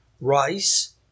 rice